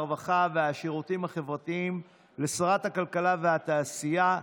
הרווחה והשירותים החברתיים לשרת הכלכלה והתעשייה,